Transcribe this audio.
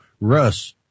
Russ